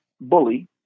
bully